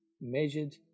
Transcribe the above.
measured